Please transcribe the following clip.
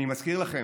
אני מזכיר לכם,